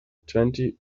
twenty